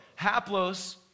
Haplos